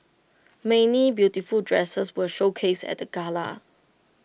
many beautiful dresses were showcased at the gala